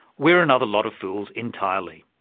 we're another lot of fools entirely.